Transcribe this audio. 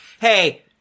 hey